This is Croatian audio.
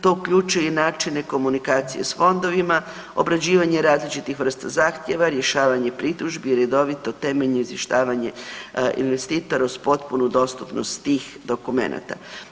To uključuje i načine komunikacije s fondovima, obrađivanje različitih vrsta zahtjeva, rješavanje pritužbi i redovito temeljno izvještavanje investitora uz potpunu dostupnost tih dokumenata.